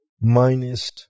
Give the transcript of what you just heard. minus